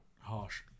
harsh